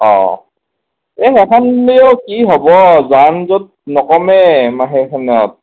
অঁ এ সেইখনেও কি হ'ব যান জঁট নকমে সেইখনত